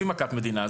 עזבי מכת מדינה.